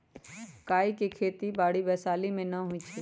काइ के खेति बाड़ी वैशाली में नऽ होइ छइ